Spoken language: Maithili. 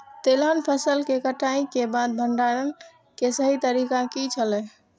तेलहन फसल के कटाई के बाद भंडारण के सही तरीका की छल?